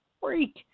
freak